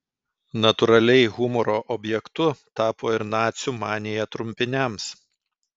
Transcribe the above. natūraliai humoro objektu tapo ir nacių manija trumpiniams